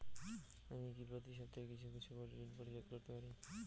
আমি কি প্রতি সপ্তাহে কিছু কিছু করে ঋন পরিশোধ করতে পারি?